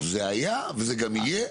זה היה וזה גם יהיה,